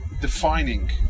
defining